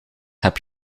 heb